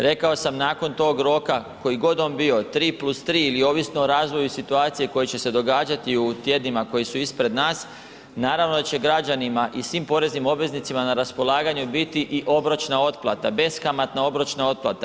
Rekao sam nakon tog roka koji god on bio 3 + 3 ili ovisno o razvoju situacije koje će se događati u tjednima koji su ispred nas, naravno da će građanima i svim poreznim obveznicima na raspolaganju biti i obročna otplata, beskamatna obročna otplata.